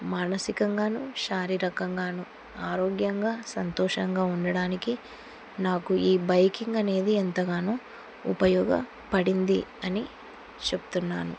మానసికంగానూ శారీరకంగానూ ఆరోగ్యంగా సంతోషంగా ఉండడానికి నాకు ఈ బైకింగ్ అనేది ఎంతగానో ఉపయోగపడింది అని చెప్తున్నాను